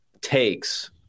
takes